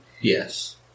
Yes